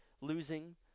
losing